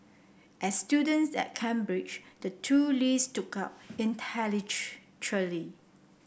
as students at Cambridge the two Lees stood out